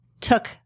took